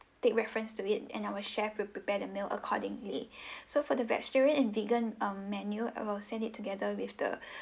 take reference to it and our chef will prepare the meal accordingly so for the vegetarian and vegan um menu I'll send it together with the